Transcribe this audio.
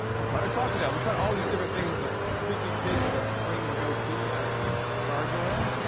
we tried a crocodile. we tried all of these different things. a creepy kid with a flaming goatee. and gargoyle?